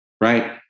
right